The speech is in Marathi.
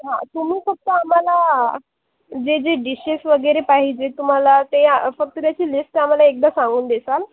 हां तुमी फक्त आम्हाला जे जे डिशेश वगैरे पाहिजे तुम्हाला ते आ फक्त त्याची लिस्ट आम्हाला एकदा सांगून देसाल